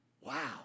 Wow